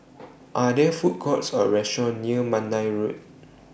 Are There Food Courts Or Restaurant near Mandai Road